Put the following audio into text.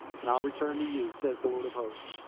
and i will return to you, says the lord of hosts.